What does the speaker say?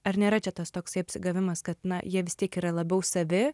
ar nėra čia tas toksai apsigavimas kad na jie vis tiek yra labiau savi